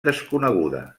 desconeguda